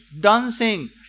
dancing